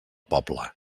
poble